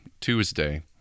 Tuesday